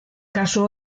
kasu